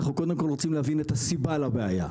אנחנו קודם כל רוצים להבין את הסיבה לבעיה.